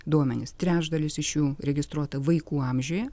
duomenys trečdalis iš jų registruota vaikų amžiuje